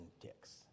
ticks